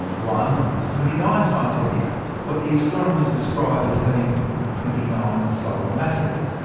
one was twenty nine times heavier what the astronomers describe as having twenty nine solar masses.